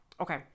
Okay